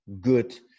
good